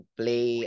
play